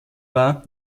war